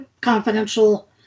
confidential